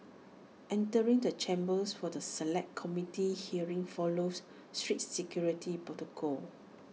entering the chambers for the Select Committee hearing follows strict security protocol